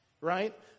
right